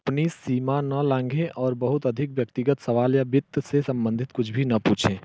अपनी सीमा न लाँघें और बहुत अधिक व्यक्तिगत सवाल या वित्त से सम्बन्धित कुछ भी न पूछें